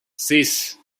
ses